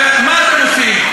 ומה אתם עושים?